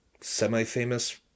semi-famous